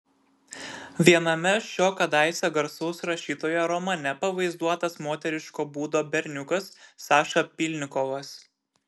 viename šio kadaise garsaus rašytojo romane pavaizduotas moteriško būdo berniukas saša pylnikovas